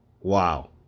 Wow